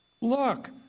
look